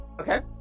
Okay